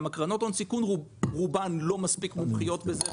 גם רוב קרנות ההון סיכון לא מספיק מומחיות בזה,